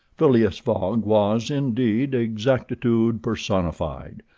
phileas fogg was, indeed, exactitude personified,